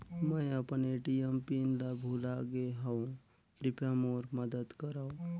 मैं अपन ATM PIN ल भुला गे हवों, कृपया मोर मदद करव